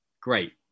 Great